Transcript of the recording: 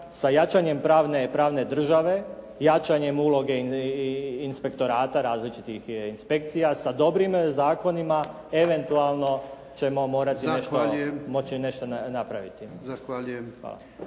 sa jačanjem pravne države, jačanjem uloge inspektorata i različitih inspekcija sa dobrim zakonima eventualno ćemo moći nešto napraviti.